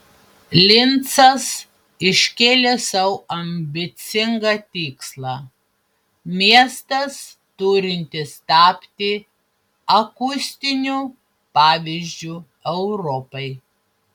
lincas iškėlė sau ambicingą tikslą miestas turintis tapti akustiniu pavyzdžiu europai